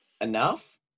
enough